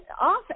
off